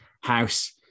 house